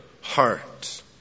heart